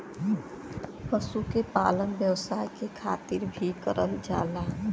पशु के पालन व्यवसाय के खातिर भी करल जाला